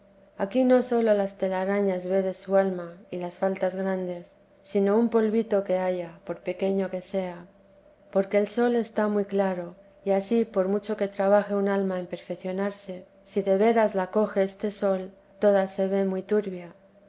aquí no sólo las telarañas ve de su alma y las faltas grandes sino un polvito que haya por pequeño que sea porque el sol está muy claro y ansí por mucho que trabaje un alma en perfeccionarse si de veras la coge este sol toda se ve muy turbia